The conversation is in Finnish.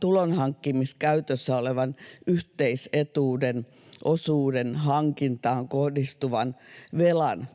tulonhankkimiskäytössä olevan yhteisetuuden osuuden hankintaan kohdistuvan velan